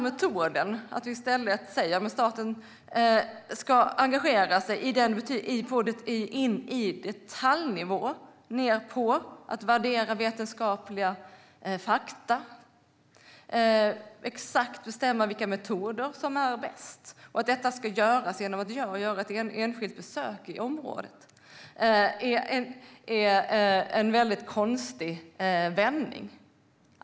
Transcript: Metoden att staten i stället ska engagera sig ned på detaljnivå, värdera vetenskapliga fakta och exakt bestämma vilka metoder som är bäst och att detta ska göras genom att jag gör ett enskilt besök i området är en konstig vändning.